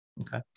Okay